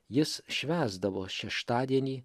jis švęsdavo šeštadienį